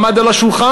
עמד על השולחן,